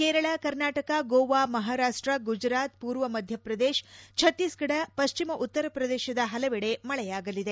ಕೇರಳ ಕರ್ನಾಟಕ ಗೋವಾ ಮಹಾರಾಪ್ಸ ಗುಜರಾತ್ ಪೂರ್ವ ಮಧ್ಯಪ್ರದೇಶ ಛತ್ತೀಸ್ಗಡ ಪಶ್ಲಿಮ ಉತ್ತರ ಪ್ರದೇಶದ ಹಲವೆಡೆ ಮಳೆಯಾಗಲಿದೆ